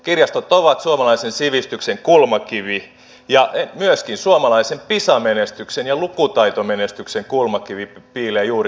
kirjastot ovat suomalaisen sivistyksen kulmakivi ja myöskin suomalaisen pisa menestyksen ja lukutaitomenestyksen kulmakivi piilee juuri kirjastoissa